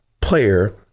player